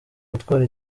gutwara